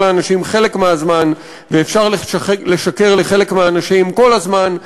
האנשים חלק מהזמן ואפשר לשקר לחלק מהאנשים כל הזמן,